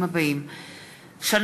בהצעת חברי הכנסת גילה גמליאל,